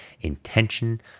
intention